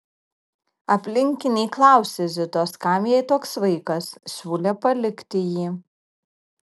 aplinkiniai klausė zitos kam jai toks vaikas siūlė palikti jį